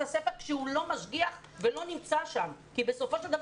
הספר כשהוא לא משגיח ולא נמצא שם כי בסופו של דבר